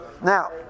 Now